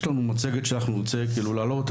יש לנו מצגת שנרצה לעלות,